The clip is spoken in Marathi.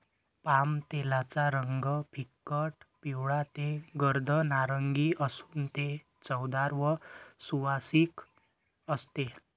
पामतेलाचा रंग फिकट पिवळा ते गर्द नारिंगी असून ते चवदार व सुवासिक असते